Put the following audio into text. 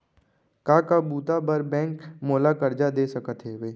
का का बुता बर बैंक मोला करजा दे सकत हवे?